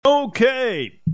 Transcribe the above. Okay